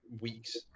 weeks